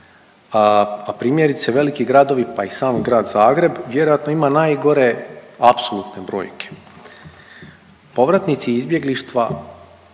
A primjerice veliki gradovi pa i sam Grad Zagreb vjerojatno ima najgore apsolutne brojke. Povratnici iz izbjeglištva